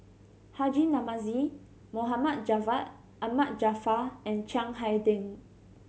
Haji Namazie Mohd Javad Ahmad Jaafar and Chiang Hai Ding